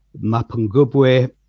Mapungubwe